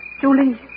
Julie